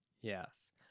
Yes